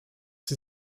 sie